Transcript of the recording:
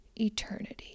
eternity